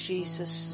Jesus